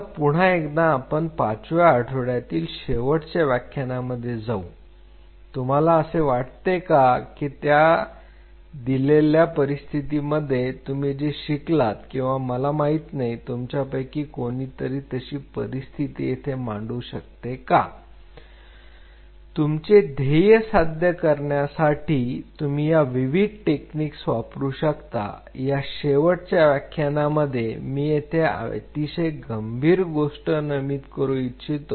आता पुन्हा एकदा आपण पाचव्या आठवड्यातील शेवटच्या व्याख्यानांमध्ये जाऊ तुम्हाला असे वाटते का की त्यात दिलेल्या परिस्थितीमध्ये तुम्ही जे शिकलात किंवा मला माहित नाही तुमच्यापैकी कोणीतरी तशी परिस्थिती येथे मांडू शकते का तुमचे ध्येय साध्य करण्यासाठी तुम्ही ह्या विविध टेक्निक्स वापरू शकता या शेवटच्या व्याख्यानामध्ये मी येथे अतिशय गंभीर गोष्ट नमूद करु इच्छितो